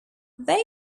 these